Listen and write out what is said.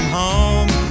home